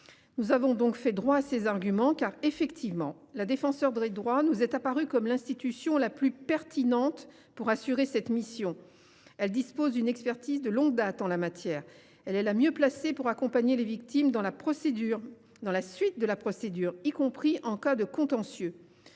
Nous avons fait droit à leurs arguments : la Défenseure des droits nous est bel et bien apparue comme l’institution la plus pertinente pour assurer cette mission. Elle dispose d’une expertise de longue date en la matière et est la mieux placée pour accompagner les victimes dans la suite de la procédure, y compris en cas de contentieux.